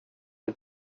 ett